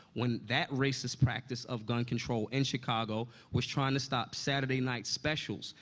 when that racist practice of gun control in chicago was trying to stop saturday night specials.